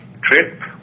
trip